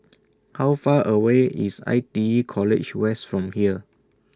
How Far away IS I T E College West from here